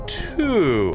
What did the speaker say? two